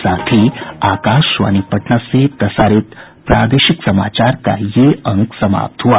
इसके साथ ही आकाशवाणी पटना से प्रसारित प्रादेशिक समाचार का ये अंक समाप्त हुआ